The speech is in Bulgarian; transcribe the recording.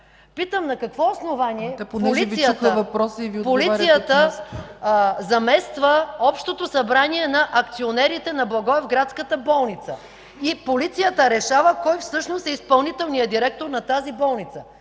Питам: на какво основание полицията замества Общото събрание на акционерите на благоевградската болница и полицията решава кой всъщност е изпълнителният директор на тази болница?!